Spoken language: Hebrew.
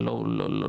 אבל לא שם,